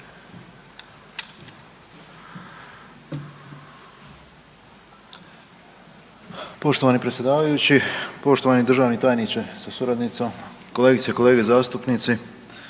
Poštovani predsjedavajući, poštovani državni tajniče sa suradnicom, kolegice i kolege zastupnici.